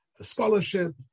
scholarship